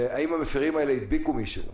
והאם המפרים האלו הדביקו מישהו,